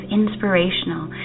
inspirational